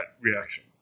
reaction